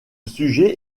sujet